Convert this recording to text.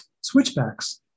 switchbacks